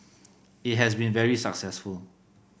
it has been very successful